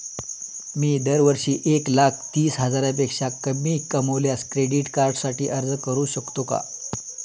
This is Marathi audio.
मी दरवर्षी एक लाख तीस हजारापेक्षा कमी कमावल्यास क्रेडिट कार्डसाठी अर्ज करू शकतो का?